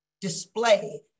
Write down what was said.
display